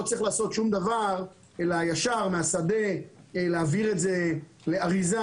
לא צריך לעשות שום דבר אלא ישר מהשדה להעביר את זה לאריזה,